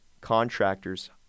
Contractors